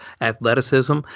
athleticism